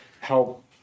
help